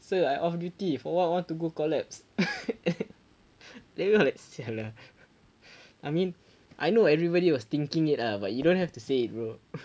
sir I off duty for what want to go collapse then we were like sia lah I mean I know everyone was thinking it ah but you don't have to say it bro